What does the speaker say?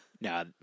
No